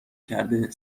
کرده